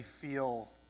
feel